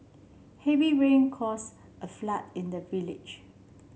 heavy rains caused a flood in the village